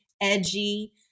edgy